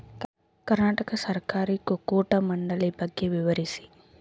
ಕರ್ನಾಟಕ ಸಹಕಾರಿ ಕುಕ್ಕಟ ಮಂಡಳಿ ಬಗ್ಗೆ ವಿವರಿಸಿ?